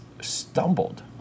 stumbled